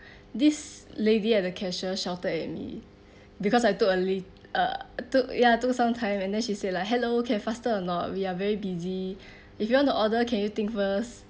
this lady at the cashier shouted at me because I took a lit~ uh took ya took some time and then she say like hello can faster or not we are very busy if you want to order can you think first